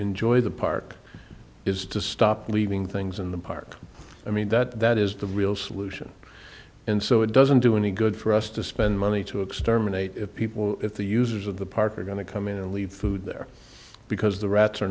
enjoy the park is to stop leaving things in the park i mean that that is the real solution and so it doesn't do any good for us to spend money to exterminate people if the users of the park are going to come in and leave food there because the rats